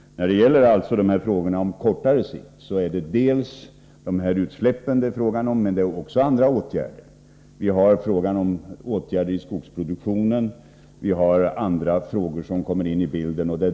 På frågorna om åtgärder på kortare sikt vill jag alltså säga att det handlar om dessa utsläpp, men också om andra åtgärder. Vi har frågan om åtgärder i skogsproduktionen och andra frågor som kommer in i bilden.